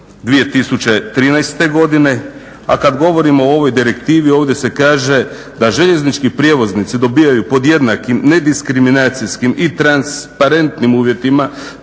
2013. godine, a kad govorimo o ovoj direktivi ovdje se kaže da željeznički prijevoznici dobivaju pod jednakim nediskriminacijskim i transparentnim uvjetima